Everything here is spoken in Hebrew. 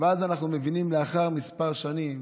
אנחנו מבינים לאחר כמה שנים